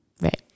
Right